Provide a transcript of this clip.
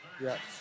Yes